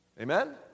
amen